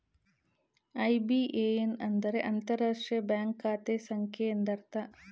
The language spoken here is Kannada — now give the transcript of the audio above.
ಐ.ಬಿ.ಎ.ಎನ್ ಅಂದರೆ ಅಂತರರಾಷ್ಟ್ರೀಯ ಬ್ಯಾಂಕ್ ಖಾತೆ ಸಂಖ್ಯೆ ಎಂದರ್ಥ